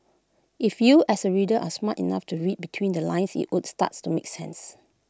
if you as the reader are smart enough to read between the lines IT would starts to make sense